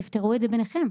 תפתרו את זה ביניכם).